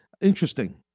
Interesting